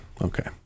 Okay